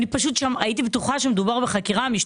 מי שפועל למאבק מזוין,